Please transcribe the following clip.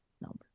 number